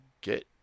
get